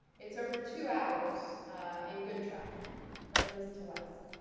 it's over two hours in good traffic from east to west.